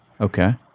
Okay